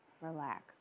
relax